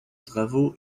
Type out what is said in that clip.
travaux